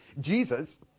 Jesus